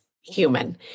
human